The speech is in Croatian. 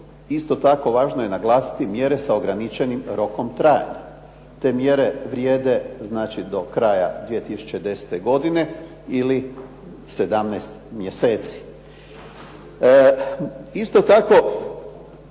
isto tako važno je naglasiti mjere sa ograničenim rokom trajanja. Te mjere vrijede znači do kraja 2010. godine ili 17 mjeseci. Isto tako